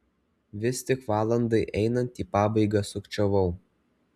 vis tik valandai einant į pabaigą sukčiavau